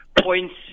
points